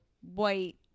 white